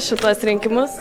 šituos rinkimus